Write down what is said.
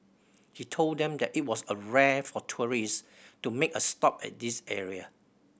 he told them that it was a rare for tourists to make a stop at this area